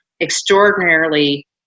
extraordinarily